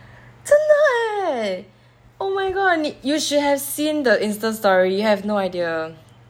真的 eh oh my god 你 you should have seen the Insta~ story you have no idea